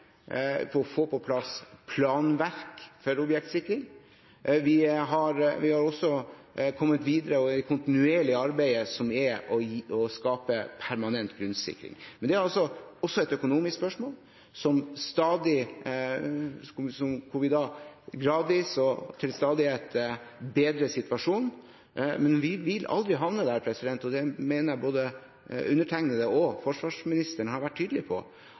å få på plass planverk for objektsikring. Vi har også kommet videre i det kontinuerlige arbeidet med å skape permanent grunnsikring. Men det er også et økonomisk spørsmål hvor vi gradvis og til stadighet bedrer situasjonen. Men vi vil aldri havne der